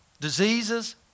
Diseases